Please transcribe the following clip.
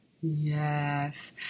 Yes